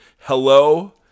Hello